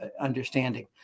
understanding